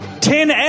Ten